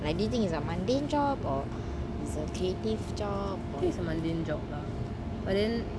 like do you think it's a mundane job or it's a creative job